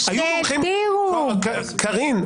קארין,